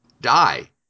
die